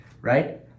right